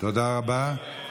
תודה רבה.